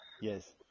yes